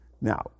Now